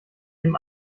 dem